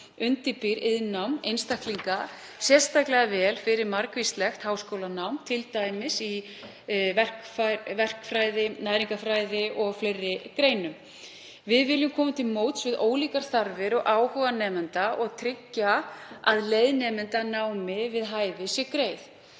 býr iðnnám fólk sérstaklega vel undir margvíslegt háskólanám, t.d. í verkfræði, næringarfræði og fleiri greinum. Við viljum koma til móts við ólíkar þarfir og áhuga nemenda og tryggja að leið nemenda að námi við hæfi sé greið.